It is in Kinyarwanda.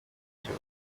cyo